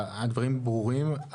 הדברים ברורים,